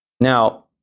Now